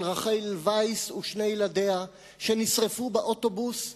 על רחל וייס ושני ילדיה שנשרפו באוטובוס ביריחו,